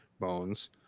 bones